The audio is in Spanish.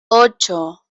ocho